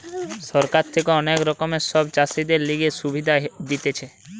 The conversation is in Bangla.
সরকার থাকে অনেক রকমের সব চাষীদের লিগে সুবিধা দিতেছে